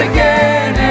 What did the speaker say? Again